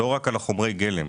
לא רק על חומרי הגלם,